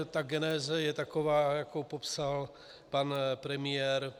Ta geneze je taková, jakou popsal pan premiér.